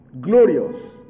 glorious